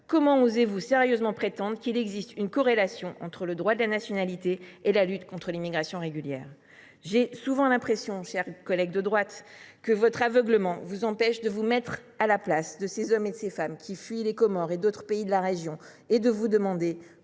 Comment osez vous sérieusement prétendre qu’il existe une corrélation entre le droit de la nationalité et la lutte contre l’immigration régulière ? J’ai souvent l’impression, chers collègues de droite, que votre aveuglement vous empêche de vous mettre à la place de ces hommes et de ces femmes qui fuient les Comores et d’autres pays de la région et de vous poser